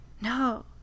no